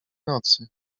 nocy